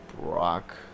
Brock